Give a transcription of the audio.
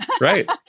right